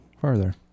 farther